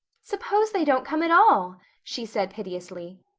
suppose they don't come at all? she said piteously.